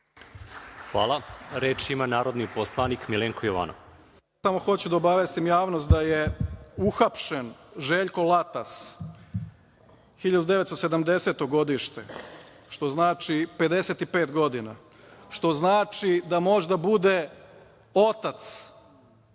Hvala. Reč ima narodni poslanik Milenko Jovanov. **Milenko Jovanov** Samo hoću da obavestim javnost da je uhapšen Željko Latas, 1970. godište, što znači 55 godina, što znači da može da bude otac